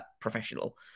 professional